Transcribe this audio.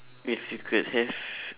if you could have